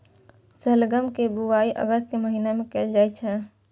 शलजम के बुआइ अगस्त के महीना मे कैल जाइ छै